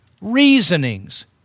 reasonings